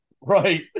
Right